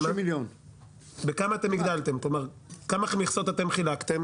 כמה מכסות אתם חילקתם?